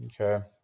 Okay